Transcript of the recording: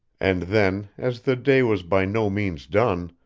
and then, as the day was by no means done,